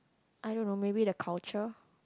I don't know maybe the culture